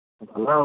ଭଲ ଆଉ